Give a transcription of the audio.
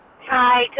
Hi